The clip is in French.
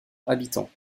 habitants